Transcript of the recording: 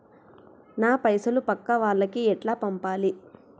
నా పైసలు పక్కా వాళ్లకి ఎట్లా పంపాలి?